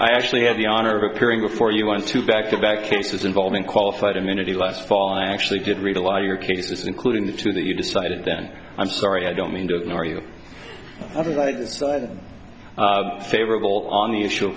i actually had the honor of appearing before you want to back to back cases involving qualified immunity last fall i actually did read a lot of your cases including the two that you decided then i'm sorry i don't mean to ignore you everybody favorable on the issue